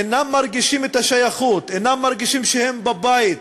אינם מרגישים את השייכות, אינם מרגישים שהם בבית,